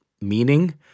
meaning